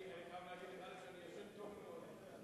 אני חייב להגיד לגאלב שאני ישן טוב בלילה.